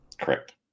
Correct